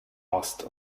ost